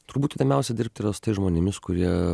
turbūt įdomiausia dirbt yra tais žmonėmis kurie